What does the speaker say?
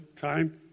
time